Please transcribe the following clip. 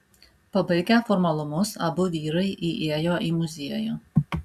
pabaigę formalumus abu vyrai įėjo į muziejų